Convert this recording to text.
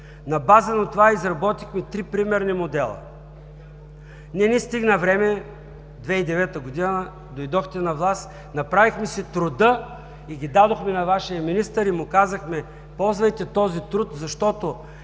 На база на това изработихме три примерни модела. Не ни стигна време. Две и девета година дойдохте на власт, направихме си труда, дадохме ги на Вашия министър и му казахме: „Ползвайте този труд, защото,